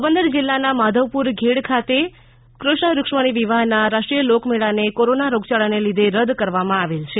પોરબંદર જીલ્લાના માધવપુર ઘેડ ખાતે કૃષ્ણ રૂક્ષ્મણી વિવાહના રાષ્ટ્રીય લોકમેળાને કોરોના રોગયાળાને લીધે રદ્દ કરવામાં આવેલ છે